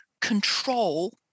control